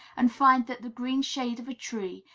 and find that the green shade of a tree,